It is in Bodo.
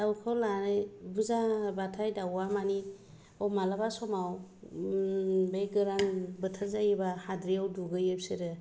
दाउखौ लानाय बुरजाब्लाथाय दाउआ माने माब्लाबा समाव बे गोरान बोथोर जायोब्ला हाद्रियाव दुगैयो बिसोरो